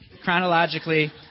Chronologically